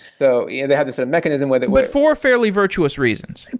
so yeah they have this mechanism where they but for fairly virtuous reasons.